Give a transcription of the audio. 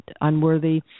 unworthy